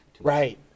Right